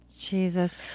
Jesus